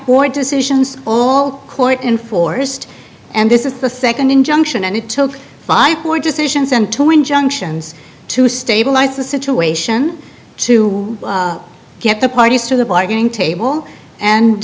four decisions all court in forest and this is the second injunction and it took five more decisions and two injunctions to stabilize the situation to get the parties to the bargaining table and